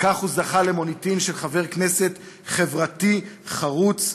בכך הוא זכה למוניטין של חבר כנסת חברתי, חרוץ,